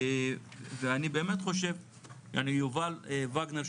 יובל וגנר,